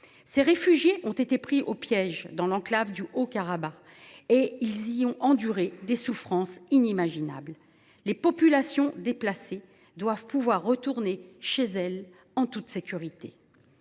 des réfugiés pris au piège dans l’enclave du Haut Karabagh, où ils ont enduré des souffrances inimaginables. Les populations déplacées doivent pouvoir retourner chez elles en toute sécurité.